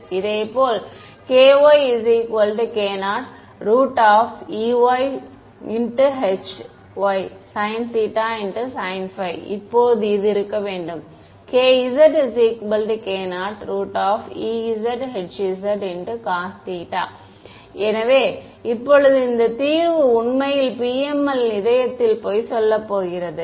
இதேபோல் kxk0 ex hx sin θ cosϕ இப்போது இது இருக்க வேண்டும் kzk0 ez hz cosθ எனவே இப்போது இந்த தீர்வு உண்மையில் PML இன் இதயத்தில் பொய் சொல்லப் போகிறது